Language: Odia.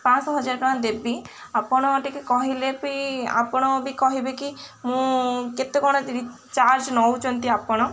ପାଞ୍ଚଶହ ହଜାରେ ଟଙ୍କା ଦେବି ଆପଣ ଟିକେ କହିଲେ ବି ଆପଣ ବି କହିବେ କି ମୁଁ କେତେ କ'ଣ ଚାର୍ଜ ନେଉଛନ୍ତି ଆପଣ